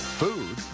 Food